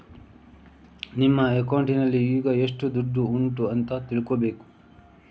ನಿಮ್ಮ ಅಕೌಂಟಿನಲ್ಲಿ ಈಗ ಎಷ್ಟು ದುಡ್ಡು ಉಂಟು ಅಂತ ತಿಳ್ಕೊಳ್ಬೇಕು